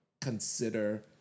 consider